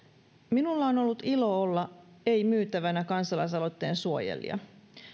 minulla on on ollut ilo olla ei myytävänä kansalaisaloitteen suojelija